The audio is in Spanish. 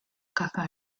caza